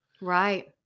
Right